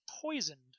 poisoned